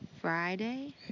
Friday